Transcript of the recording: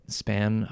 span